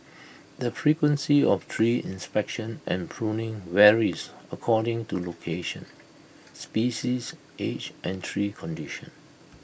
the frequency of tree inspection and pruning varies according to location species age and tree condition